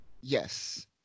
Yes